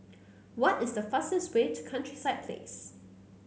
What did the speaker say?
what is the fastest way to Countryside Place